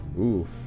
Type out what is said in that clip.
Oof